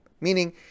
meaning